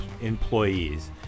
employees